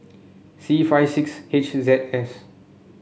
C five six H Z S